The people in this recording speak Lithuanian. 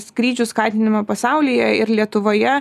skrydžių skatinimo pasaulyje ir lietuvoje